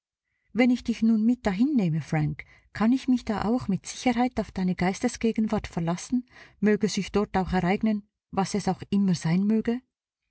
wenn ich dich nun mit dahin nehme frank kann ich mich da auch mit sicherheit auf deine geistesgegenwart verlassen möge sich dort auch ereignen was es auch immer sein möge